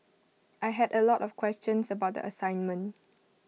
I had A lot of questions about the assignment